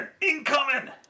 Incoming